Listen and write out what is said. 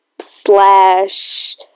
slash